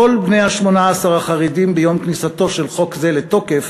לכל בני ה-18 החרדים ביום כניסתו של חוק זה לתוקף